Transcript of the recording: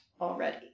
already